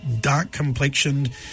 dark-complexioned